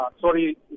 sorry